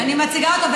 אני מציגה אותה.